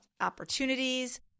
opportunities